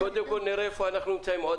קודם כול, נראה איפה אנחנו נמצאים.